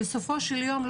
בסופו של יום,